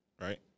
right